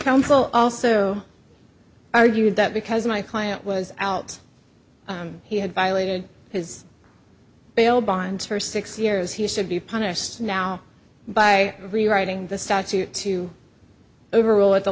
counsel also argued that because my client was out he had violated his bail bonds for six years he should be punished now by rewriting the statute to overrule at the